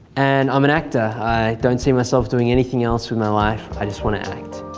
and i'm an actor. i don't see myself doing anything else with my life, i just want to act.